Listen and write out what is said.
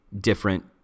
different